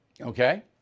Okay